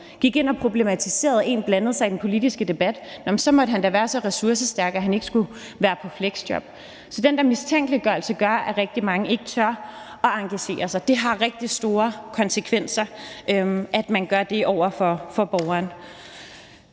gik ind og problematiserede, at en blandede sig i den politiske debat, ved at sige: Nå, men så måtte han da være så ressourcestærk, at han ikke skulle være i fleksjob . Så den der mistænkeliggørelse gør, at rigtig mange ikke tør at engagere sig. Det har rigtig store konsekvenser, at man gør det over for borgeren.